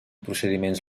procediments